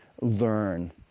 learn